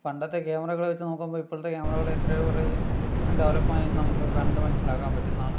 പണ്ടത്തെ ക്യാമറകളെ വച്ച് നോക്കുമ്പോൾ ഇപ്പഴത്തെ ക്യാമറകള് എത്രയോ ഏറെ ഡെവലപ്പായെന്ന് നമുക്ക് കണ്ടു മനസ്സിലാക്കൻ പറ്റുന്നതാണ്